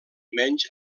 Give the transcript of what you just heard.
menys